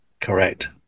Correct